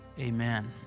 amen